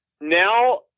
Now